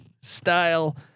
style